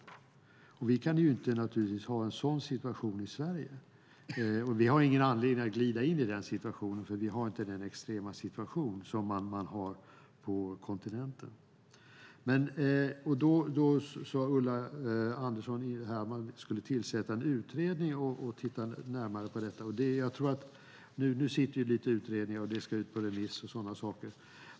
En sådan situation kan vi naturligtvis inte ha i Sverige. Vi har ingen anledning att glida in i den situationen eftersom det inte råder den extrema situation som finns på kontinenten. Ulla Andersson vill tillsätta en utredning och titta närmare på frågorna. Nu pågår utredningar, och de ska sedan ut på remiss.